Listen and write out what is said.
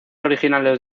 originales